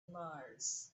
mars